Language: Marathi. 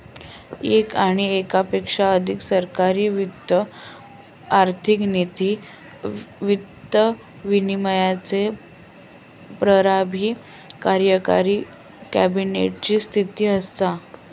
येक किंवा येकापेक्षा अधिक सरकारी वित्त आर्थिक नीती, वित्त विनियमाचे प्रभारी कार्यकारी कॅबिनेट ची स्थिती असा